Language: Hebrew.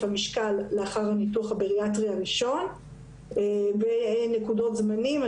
המשקל לאחר הניתוח הבריאטרי הראשון בנקודות זמנים.